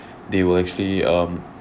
they will actually um